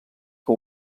que